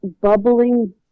bubbling